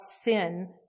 sin